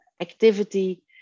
activity